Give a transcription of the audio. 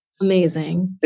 Amazing